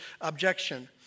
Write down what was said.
objection